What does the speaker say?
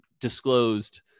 disclosed